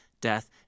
death